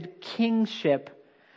kingship